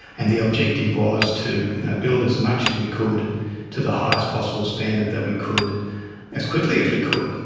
and the objective was to build as much as we could to the highest possible standard that we could as quickly as we could.